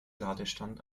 ladestand